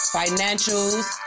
financials